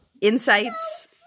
insights